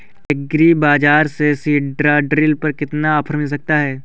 Agree Bazaar से seed drill पर कितना ऑफर मिल सकता है?